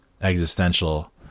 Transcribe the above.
existential